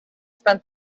spent